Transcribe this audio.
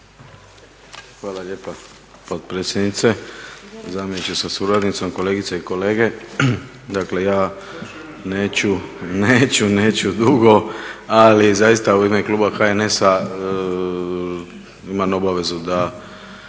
Hvala lijepa potpredsjednice, zamjeniče sa suradnicom, kolegice i kolege. Dakle, ja neću dugo ali zaista u ime kluba HNS-a imam obavezu da